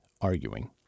arguing